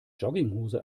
jogginghose